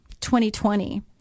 2020